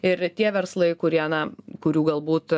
ir tie verslai kurie na kurių galbūt